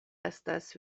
estas